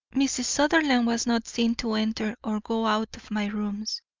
mrs. sutherland was not seen to enter or go out of my rooms.